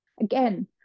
again